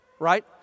Right